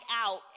out